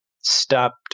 stopped